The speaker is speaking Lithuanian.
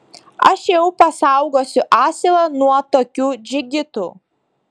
aš jau pasaugosiu asilą nuo tokių džigitų